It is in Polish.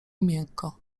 miękko